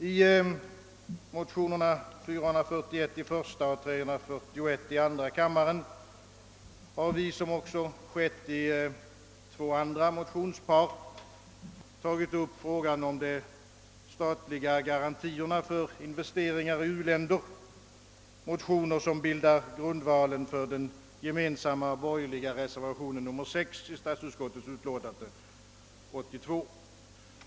I motionerna I: 441 och II: 341 har vi — det har också gjorts i två andra motionspar — tagit upp frågan om de statliga garantierna för investeringar i u-länder. Dessa motioner bildar grundvalen för den gemensamma borgerliga reservationen 6 vid statsutskottets utlåtande nr 82.